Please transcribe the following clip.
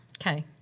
Okay